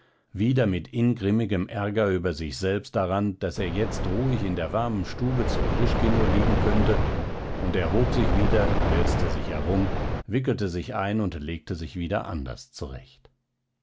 wieder mit ingrimmigem ärger über sich selbst daran daß er jetzt ruhig in der warmen stube zu grischkino liegen könnte und erhob sich wieder wälzte sich herum wickelte sich ein und legte sich wieder anders zurecht